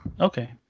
Okay